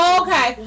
okay